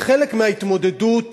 כחלק מההתמודדות